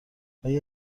آیا